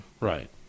Right